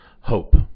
Hope